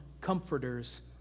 comforters